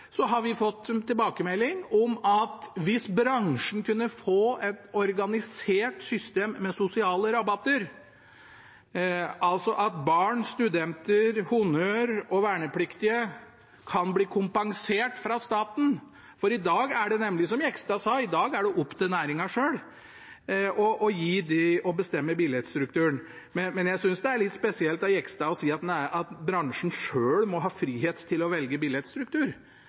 har vi fått tilbakemelding om bransjen kunne ønske et organisert system med sosiale rabatter – at barn, studenter, honnør og vernepliktige kan bli kompensert fra staten – for i dag er det nemlig, som representanten Jegstad sa, opp til næringen selv å bestemme billettstrukturen. Jeg synes det er litt spesielt av Jegstad å si at bransjen selv må ha frihet til å velge billettstruktur